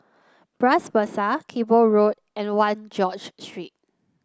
Bras Basah Cable Road and One George Street